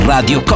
Radio